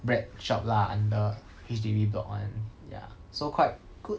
bread shop lah under H_D_B block one ya so quite good